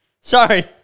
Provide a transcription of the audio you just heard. sorry